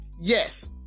Yes